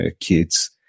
kids